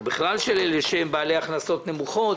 או בכלל של אלה שהם בעלי הכנסות נמוכות